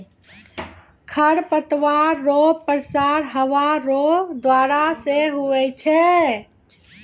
खरपतवार रो प्रसार हवा रो द्वारा से हुवै छै